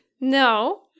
No